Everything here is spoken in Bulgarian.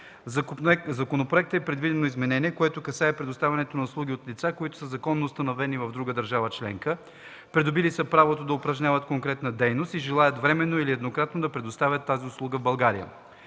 законопроекта е предвидено изменение, което касае предоставяне на услуги от лица, които са законно установени в друга държава членка, придобили са право да упражняват конкретна дейност и желаят временно или еднократно да предоставят тази услуга в България.